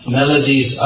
melodies